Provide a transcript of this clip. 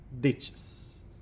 ditches